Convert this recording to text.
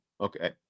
okay